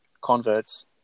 converts